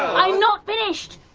i'm not finished!